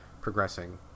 progressing